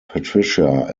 patricia